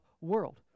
world